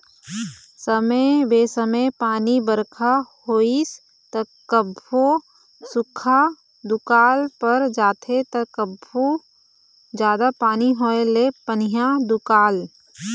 समे बेसमय पानी बरखा होइस त कभू सुख्खा दुकाल पर जाथे त कभू जादा पानी होए ले पनिहा दुकाल